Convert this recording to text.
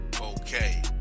okay